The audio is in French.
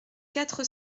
quatre